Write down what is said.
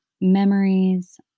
memories